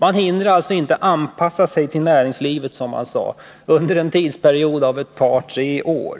Man hinner alltså inte anpassa sig till näringslivet, som man sade, under en tidsperiod av ett par tre år.